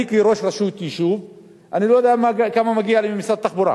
אני כראש רשות לא יודע כמה מגיע לי ממשרד התחבורה,